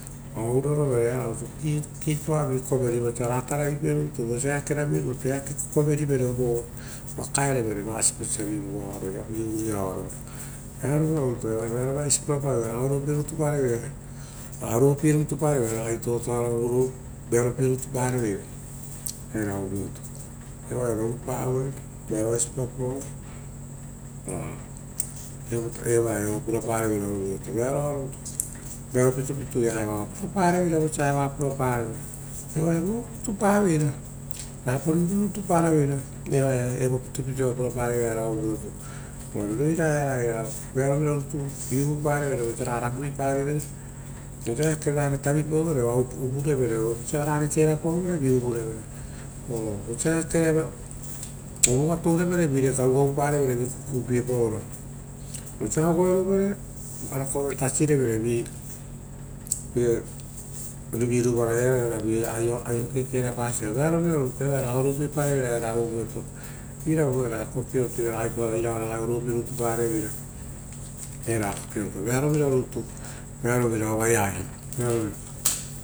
Oo urorovere, vosia karupatoavi, oo vosa ra tarai pie rutu oo eakerovi rutu, eaketo koverivere vo oa kaepierevere va siposipo vi urua roia, vearovira rutu oaia vearovai si pura pavoi, uvare raga oruopie rutu pareveira. Oruopie rutu pareveira ra totoaro rutu. Vearopie rutu pareveira era ovureoto era oaia rorupa voi vearovaisi pura paoro eva ia oe purapareveira era ovuveoto vearoa rutu vearo pitupitu ia era oa purapareveira vosia eva ra purapareveira, evaia roru rutu paveira rapa ruipa rutu paveira eva ia evo pitupitu oa purapareveira ra ovureoto. Ova roira era, vearo vira rutu vi uvupare vosa ra raguipavivere vosa ekerarore tavipauvere oa uvurevere oo vosa rerare kerapauvere ra vi uvurevere. oo vo uva tourevere uva vire gaugau parevere kupiepaoro ora vosia ogoerovera ra viaia re tasirevere viruvariaare ora via aio kekerapasa. Vearovira rutu eva ia oaia ragai oruopie pareverera era ovuveoto, eravu era kokioto ira raga oruopie rutu pareveira era kokioto, vearovira rutu, vea rovira ova eaia.